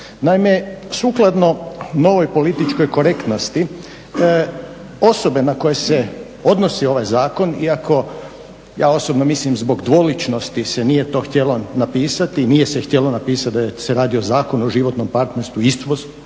Naime sukladno novoj političkoj korektnosti, osobe na koje se odnosi ovaj zakon, iako ja osobno mislim zbog dvoličnosti se nije to htjelo napisati, nije se htjelo napisati da se radi o Zakonu o životnom partnerstvu istospolnih